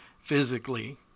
physically